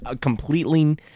completely